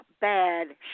bad